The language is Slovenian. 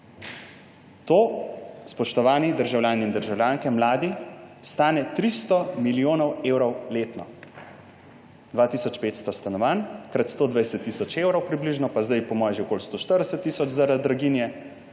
To, spoštovani državljani in državljanke, mladi, stane 300 milijonov evrov letno. 2 tisoč 500 stanovanj krat 120 tisoč evrov približno, pa po moje zdaj že okoli 140 tisoč zaradi draginje.